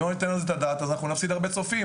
אם לא ניתן על זה את הדעת נפסיד הרבה צופים,